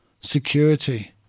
security